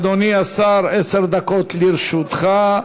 אדוני השר, עשר דקות לרשותך.